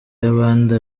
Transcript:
y’abandi